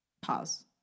pause